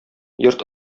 йорт